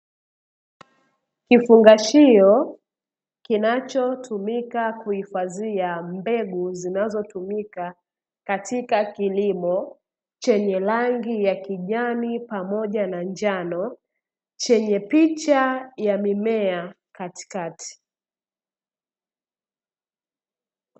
Kifungashio kinachotumika kuhifadhia mbegu zinazotumika katika kilimo, chenye rangi ya kijani, pamoja na njano; chenye picha ya mimea katikati.